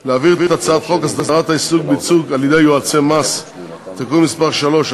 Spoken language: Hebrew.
להעביר את הצעת חוק הסדרת העיסוק בייצוג על-ידי יועצי מס (תיקון מס׳ 3),